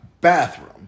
bathroom